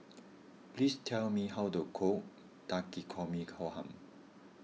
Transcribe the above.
please tell me how to cook Takikomi Gohan